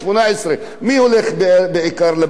אלה שלא הצליחו ללמוד,